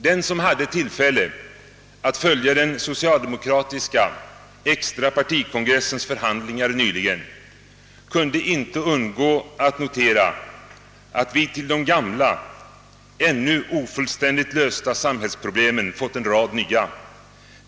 Den som hade tillfälle att följa den socialdemokratiska extrapartikongressens förhandlingar nyligen kunde inte undgå att notera att vi till de gamla ännu ofullständigt lösta samhällsproblemen fått en rad nya.